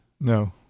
No